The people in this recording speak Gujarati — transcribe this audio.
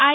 આઈ